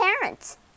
parents